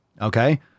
Okay